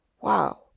wow